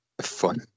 fun